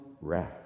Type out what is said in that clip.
wrath